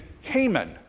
Haman